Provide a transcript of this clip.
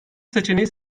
seçeneği